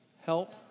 Help